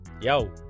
Yo